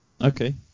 okay